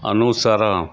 અનુસરણ